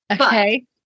Okay